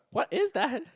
what is that